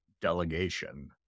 delegation